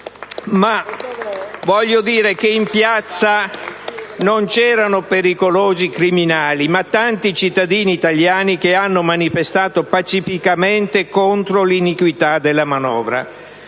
*Gramazio)*. Ma in piazza non c'erano pericolosi criminali. C'erano tanti cittadini italiani che hanno manifestato pacificamente contro l'iniquità della manovra.